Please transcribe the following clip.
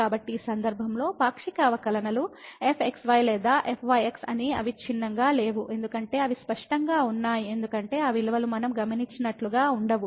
కాబట్టి ఈ సందర్భంలో పాక్షిక అవకలనలు fxy లేదా fyx అవి అవిచ్ఛిన్నంగా లేవు ఎందుకంటే అవి స్పష్టంగా ఉన్నాయి ఎందుకంటే ఆ విలువలు మనం గమనించినట్లుగా ఉండవు